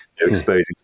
exposing